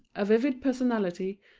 a vivid personality,